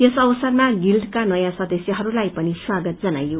यस अवसरमा गिल्डका नयाँ सदस्यहस्लाई पनि स्वागत जनाइयो